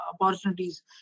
opportunities